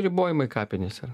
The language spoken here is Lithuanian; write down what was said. ribojimai kapinėse